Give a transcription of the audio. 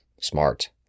Smart